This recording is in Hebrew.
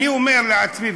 אני אומר לעצמי,